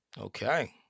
Okay